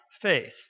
faith